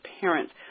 parents